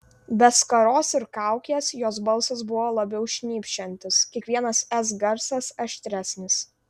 be skaros ir kaukės jos balsas buvo labiau šnypščiantis kiekvienas s garsas aštresnis